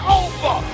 over